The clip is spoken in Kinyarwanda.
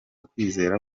kwizera